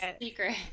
secret